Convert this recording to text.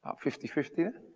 ah fifty-fifty there.